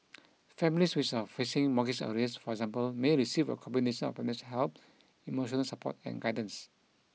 families which are facing mortgage arrears for example may receive a combination of financial help emotional support and guidance